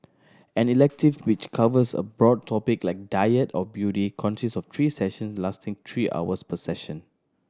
an elective which covers a broad topic like diet or beauty consists of three session lasting three hours per session